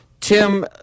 Tim